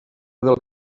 del